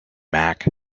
mack